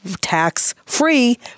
tax-free